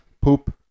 poop